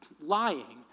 Lying